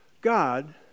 God